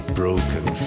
broken